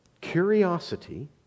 curiosity